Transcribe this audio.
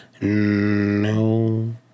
no